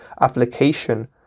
application